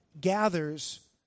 gathers